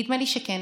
נדמה לי שכן.